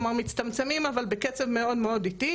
כלומר מצטמצמים אבל בקצב מאוד מאוד איטי